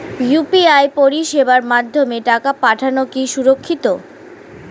UPI পরিষেবার মাধ্যমে টাকা পাঠানো কি সুরক্ষিত?